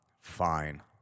fine